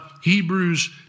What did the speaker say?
Hebrews